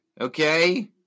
okay